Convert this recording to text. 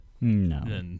No